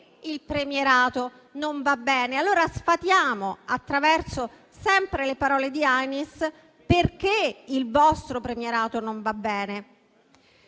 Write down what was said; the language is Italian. il premierato non va bene. Allora sfatiamo, sempre attraverso le parole di Ainis, perché il vostro premierato non va bene: